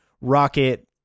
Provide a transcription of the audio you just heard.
Rocket